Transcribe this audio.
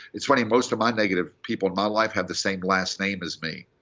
it's funny, most of my negative people in my life had the same last name as me.